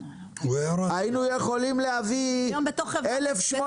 בכסף הזה היינו יכולים להביא 1,800